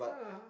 yeah